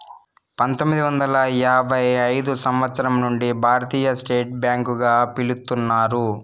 పంతొమ్మిది వందల యాభై ఐదు సంవచ్చరం నుండి భారతీయ స్టేట్ బ్యాంక్ గా పిలుత్తున్నారు